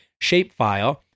shapefile